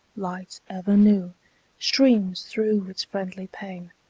light ever new streams through its friendly pane,